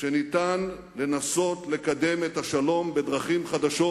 שאפשר לנסות לקדם את השלום בדרכים חדשות,